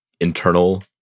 internal